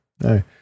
no